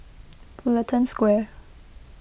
Fullerton Square